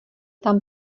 tam